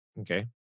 okay